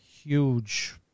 huge